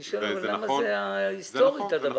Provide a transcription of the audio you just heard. אני שאל למה היסטורית זה כך.